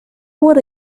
would